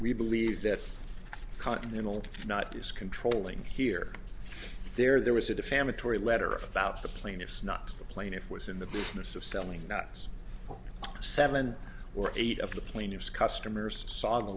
we believe that continental not is controlling here there was a defamatory letter about the plaintiffs knox the plaintiff was in the business of selling nuts seven or eight of the plaintiffs customers sa